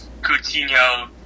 Coutinho